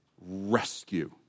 rescue